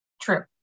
True